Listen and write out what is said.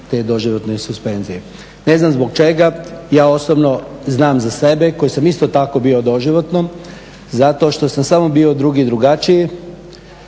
te doživotne suspenzije. Ne znam zbog čega, ja osobno znam za sebe koji sam isto tako bio doživotno zato što sam samo bio drugi i drugačiji,